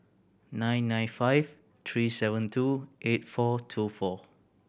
nine nine five three seven two eight four two four